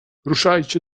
ruszajcie